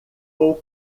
vou